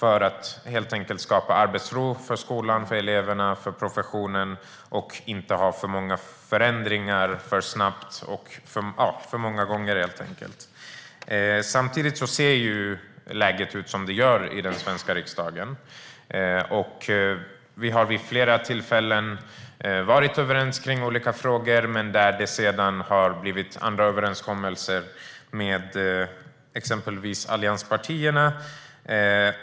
Så kan man helt enkelt skapa arbetsro för skolan, eleverna och professionen utan att det blir för många förändringar för snabbt och för ofta. Samtidigt ser läget ut som det gör i den svenska riksdagen. Vi har vid flera tillfällen varit överens om olika frågor, men sedan har det blivit andra överenskommelser med exempelvis allianspartierna.